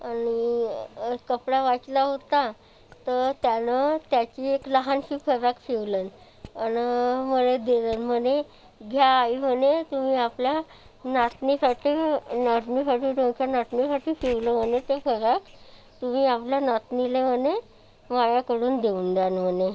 आणि कपडा वाचला होता तर त्यानं त्याची एक लहानशी फराक शिवलीन आणि मला दिलीन् म्हणे घ्या आई म्हणे तुम्ही आपल्या नातनीसाठी नातनीसाठी त्यांच्या नातनीसाठी शिवलो म्हणे ते फराक तुम्ही आपल्या नातनीला म्हणे माझ्याकडून देऊन द्याल म्हणे